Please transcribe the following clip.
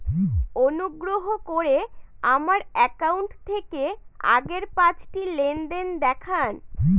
অনুগ্রহ করে আমার অ্যাকাউন্ট থেকে আগের পাঁচটি লেনদেন দেখান